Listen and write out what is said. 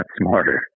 smarter